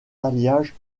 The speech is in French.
alliages